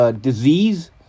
disease